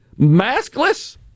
maskless